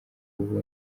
ubu